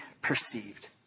perceived